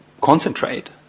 concentrate